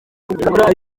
karori